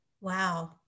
Wow